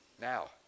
Now